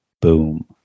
Boom